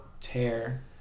tear